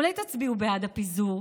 אולי תצביעו בעד הפיזור?